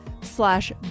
slash